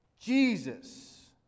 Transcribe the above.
Jesus